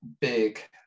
big